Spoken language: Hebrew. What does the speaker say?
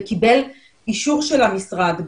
וקיבל אישור של המשרד,